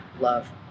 love